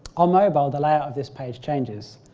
on mobile, the layout of this page changes.